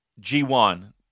G1